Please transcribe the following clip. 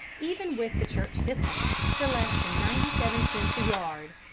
even with the church discount, for less than ninety-seven cents a yard.